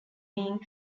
being